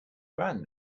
brand